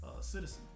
citizen